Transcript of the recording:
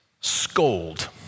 scold